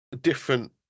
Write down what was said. different